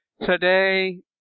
Today